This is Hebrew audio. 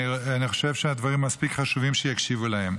אני חושב שהדברים מספיק חשובים, שיקשיבו להם.